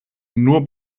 nur